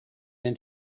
den